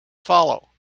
follow